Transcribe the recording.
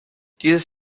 dieses